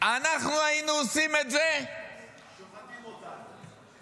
אנחנו היינו עושים את זה --- שוחטים אותנו.